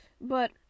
But-